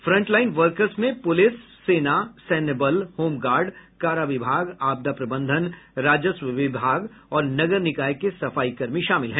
front line workers में police सेना सैन्य बल होमगार्ड कारा विभाग आपदा प्रबंधन राजस्व विभाग और नगर निकाय के सफाई कर्मी शामिल हैं